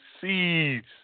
seeds